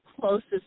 closest